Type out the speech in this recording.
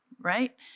right